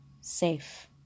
safe